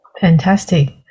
Fantastic